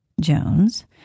Jones